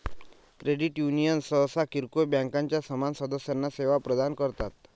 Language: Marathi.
क्रेडिट युनियन सहसा किरकोळ बँकांच्या समान सदस्यांना सेवा प्रदान करतात